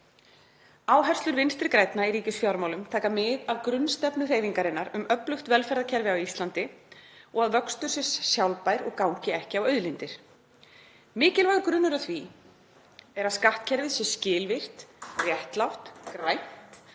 „Áherslur Vinstri grænna í ríkisfjármálum taka mið af grunnstefnu hreyfingarinnar um öflugt velferðarkerfi á Íslandi og að vöxtur sé sjálfbær og gangi ekki á auðlindir. Mikilvægur grunnur að því er að skattkerfið sé skilvirkt, réttlátt, grænt,